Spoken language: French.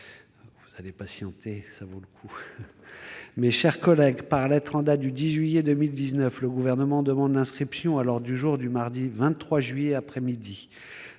sous les réserves d'usage. Mes chers collègues, par lettre en date du 10 juillet 2019, le Gouvernement demande l'inscription à l'ordre du jour du mardi 23 juillet, après-midi,